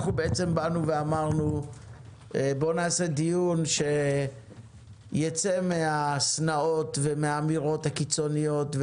אנחנו אמרנו שנקיים דיון שיצא מהשנאות ומהאמירות הקיצוניות,